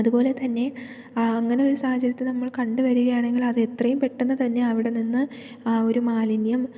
അതുപോലെ തന്നെ അങ്ങനെ ഒരു സാഹചര്യത്തിൽ നമ്മൾ കണ്ട് വരികയാണെങ്കിലതെത്രയും പെട്ടെന്നു തന്നെ അവിടെ നിന്ന് ആ ഒരു മലിന്യം